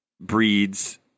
breeds